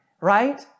right